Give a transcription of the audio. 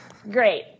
Great